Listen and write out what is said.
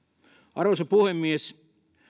arvoisa puhemies